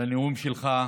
לנאום שלך,